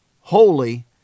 holy